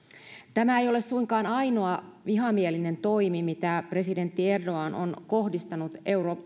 tämä ei ole suinkaan ainoa vihamielinen toimi mitä presidentti erdogan on kohdistanut